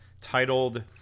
titled